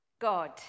God